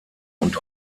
und